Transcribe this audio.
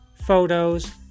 Photos